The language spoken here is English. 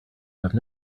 have